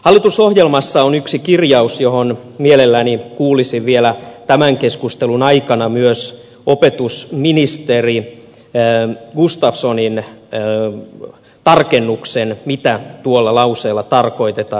hallitusohjelmassa on yksi kirjaus johon mielelläni kuulisin vielä tämän keskustelun aikana myös opetusministeri gustafssonin tarkennuksen mitä tuolla lauseella tarkoitetaan